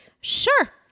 sure